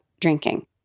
drinking